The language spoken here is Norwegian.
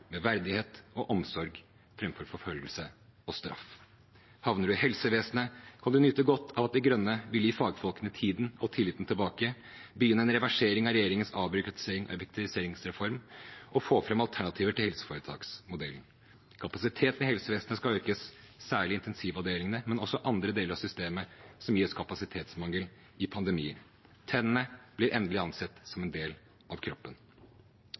med verdighet og omsorg framfor forfølgelse og straff. Havner du i helsevesenet, kan du nyte godt av at De Grønne vil gi fagfolkene tiden og tilliten tilbake, begynne en reversering av regjeringens avbyråkratiserings- og effektiviseringsreform og få fram alternativer til helseforetaksmodellen. Kapasiteten i helsevesenet skal økes, særlig i intensivavdelingene, men også i andre deler av systemet som gir oss kapasitetsmangel i pandemier. Tennene blir endelig ansett som en del av kroppen.